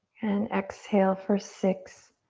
and exhale for six,